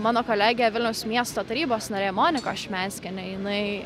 mano kolegė vilniaus miesto tarybos narė monika ašmenskienė jinai